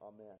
Amen